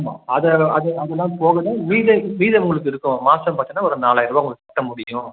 ஆமாம் அதை அதை அதலாம் போக தான் மீத மீதம் உங்களுக்கு இருக்கும் மாதம் பார்த்தீங்கன்னா ஒரு நாலாயரூவா உங்களுக்கு கட்ட முடியும்